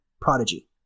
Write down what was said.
prodigy